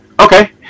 Okay